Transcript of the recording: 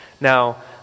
Now